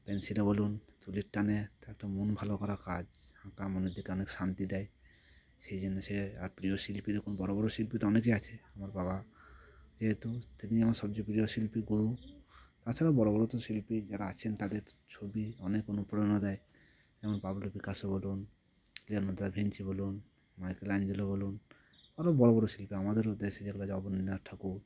পেন্সিলে বলুন তুলির টানে তার একটা মন ভালো করা কাজ আঁকা মনের দিকে অনেক শান্তি দেয় সেই জন্য সে আর প্রিয় শিল্পী দেখুন বড় বড় শিল্পী তো অনেকেই আছে আমার বাবা যেহেতু তিনি আমার সবচেয়ে প্রিয় শিল্পী গুরু তাছাড়াও বড় বড় তো শিল্পী যারা আছেন তাদের ছবি অনেক অনুপ্রেরণা দেয় যেমন পাবলো পিকাসো বলুন লিওনার্দো দা ভিঞ্চি বলুন মাইকেলেঞ্জেলো বলুন আরও বড় বড় শিল্পী আমাদেরও দেশে যেগুলো আছে অবনীন্দ্রনাথ ঠাকুর